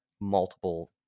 multiple